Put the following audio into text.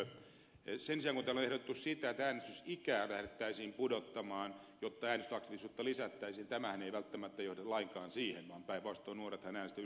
sen sijaan kun täällä on ehdotettu sitä että äänestysikää lähdettäisiin pudottamaan jotta äänestysaktiivisuutta lisättäisiin tämähän ei välttämättä johda lainkaan sen lisääntymiseen vaan päinvastoin nuorethan äänestävät yllättävän vähän